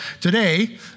today